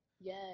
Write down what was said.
yes